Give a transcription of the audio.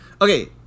Okay